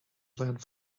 planned